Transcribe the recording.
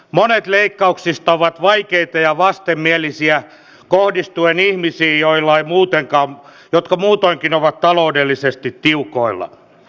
monet leikkauksista ovat vaikeita ja vastenmielisiä kohdistuen ihmisiin jotka muutoinkin ovat taloudellisesti tiukoilla